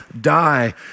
die